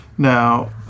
Now